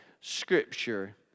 scripture